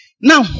now